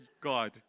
God